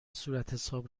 صورتحساب